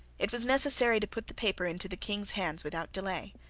it was necessary to put the paper into the king's hands without delay.